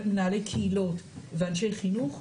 מנהלי קהילות ואנשי חינוך,